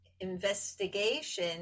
investigation